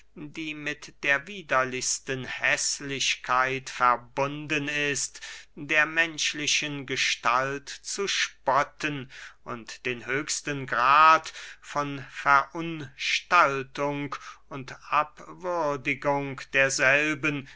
die mit der widerlichsten häßlichkeit verbunden ist der menschlichen gestalt zu spotten und den höchsten grad von verunstaltung und abwürdigung derselben